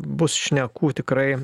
bus šnekų tikrai